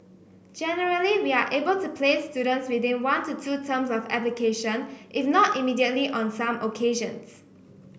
generally we are able to place students within one to two terms of application if not immediately on some occasions